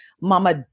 Mama